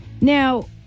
Now